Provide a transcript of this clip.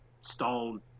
Stone